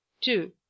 two